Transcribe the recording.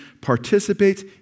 participates